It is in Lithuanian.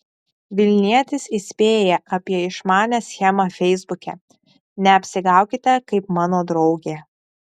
vilnietis įspėja apie išmanią schemą feisbuke neapsigaukite kaip mano draugė